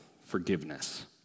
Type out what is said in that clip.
forgiveness